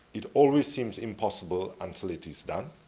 it always seems impossible until it is done.